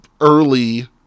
early